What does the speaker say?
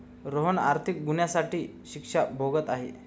रोहन आर्थिक गुन्ह्यासाठी शिक्षा भोगत आहे